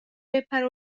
بپره